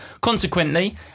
Consequently